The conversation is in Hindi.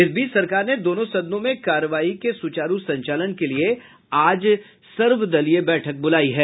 इस बीच सरकार ने दोनों सदनों में कार्यवाही के सुचारू संचालन के लिए आज सर्वदलीय बैठक बुलाई है